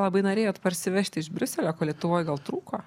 labai norėjot parsivežti iš briuselio ko lietuvoj gal trūko